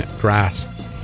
Grass